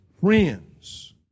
friends